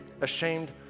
ashamed